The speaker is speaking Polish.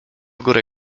górę